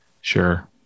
Sure